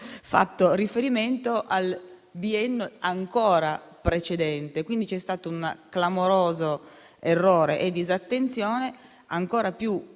fatto riferimento al biennio ancora precedente, quindi c'è stato un clamoroso errore di disattenzione, ancora più